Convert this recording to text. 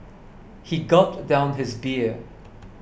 he gulped down his beer